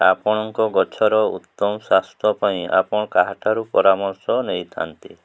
ଆପଣଙ୍କ ଗଛର ଉତ୍ତମ ସ୍ୱାସ୍ଥ୍ୟ ପାଇଁ ଆପଣ କାହାଠାରୁ ପରାମର୍ଶ ନେଇଥାନ୍ତି